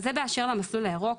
אז זה באשר למסלול הירוק.